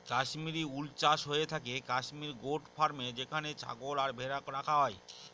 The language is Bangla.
কাশ্মিরী উল চাষ হয়ে থাকে কাশ্মির গোট ফার্মে যেখানে ছাগল আর ভেড়া রাখা হয়